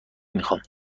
میخام